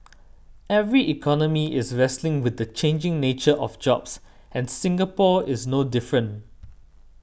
every economy is wrestling with the changing nature of jobs and Singapore is no different